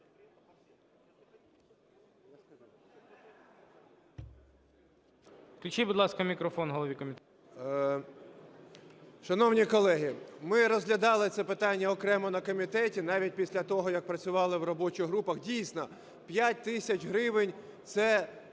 Шановні колеги, ми розглядали це питання окремо на комітеті, навіть після того, як працювали в робочих групах. Дійсно, п'ять тисяч гривень – це,